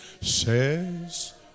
says